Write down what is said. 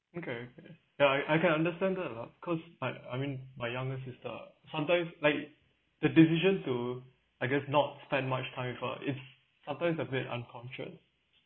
okay ya I I can understand that lah cause I I mean my younger sister ah sometimes like the decision to I guess not spend much time ah it's sometimes it's a bit unconscious